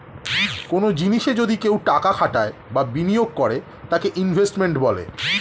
কনো জিনিসে যদি কেউ টাকা খাটায় বা বিনিয়োগ করে তাকে ইনভেস্টমেন্ট বলে